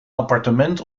appartement